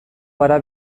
gara